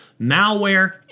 malware